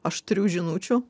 aštrių žinučių